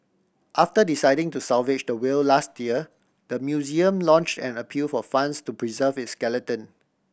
after deciding to salvage the whale last year the museum launch an appeal for funds to preserve its skeleton